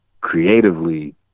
creatively